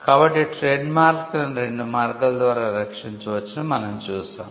కాబట్టి ట్రేడ్మార్క్లను రెండు మార్గాల ద్వారా రక్షించవచ్చని మనం చూశాము